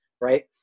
Right